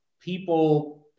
people